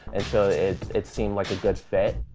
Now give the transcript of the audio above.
and so it it seemed like a good fit.